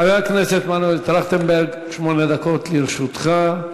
חבר הכנסת מנואל טרכטנברג, שמונה דקות לרשותך.